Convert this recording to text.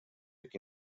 qui